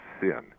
sin